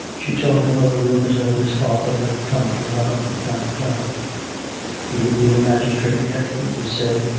she told him of the rumours of his father had come to her from time to time he would be a magistrate yet, it was said,